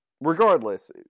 regardless